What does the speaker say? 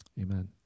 Amen